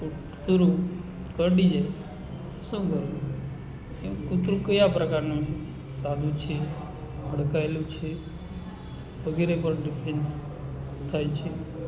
કૂતરું કરડી જાય શું કરવું કૂતરું કયા પ્રકારનું છે સાદું છે હડકાયેલું છે વગેરે પર ડિફરન્સ થાય છે